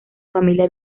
familia